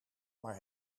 maar